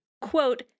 quote